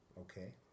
Okay